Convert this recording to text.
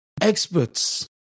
experts